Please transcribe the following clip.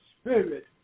Spirit